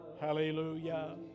Hallelujah